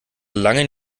langen